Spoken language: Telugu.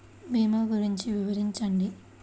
భీమా గురించి వివరించండి?